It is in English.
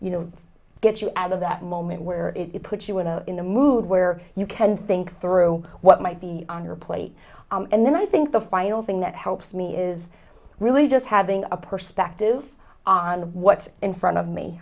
you know get you out of that moment where it puts you in a in a mood where you can think through what might be on your plate and then i think the final thing that helps me is really just having a perspective on what's in front of